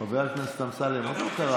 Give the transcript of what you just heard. חבר הכנסת אמסלם.